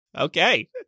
Okay